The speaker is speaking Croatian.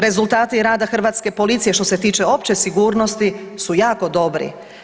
Rezultati rada hrvatske policije što se tiče opće sigurnosti su jako dobri.